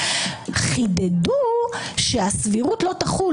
חידדו שהסבירות לא תחול,